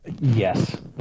Yes